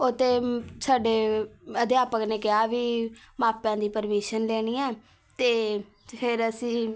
ਅਤੇ ਸਾਡੇ ਅਧਿਆਪਕ ਨੇ ਕਿਹਾ ਵੀ ਮਾਪਿਆਂ ਦੀ ਪਰਮੀਸ਼ਨ ਲੈਣੀ ਹੈ ਅਤੇ ਫਿਰ ਅਸੀਂ